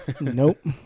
Nope